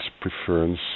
preference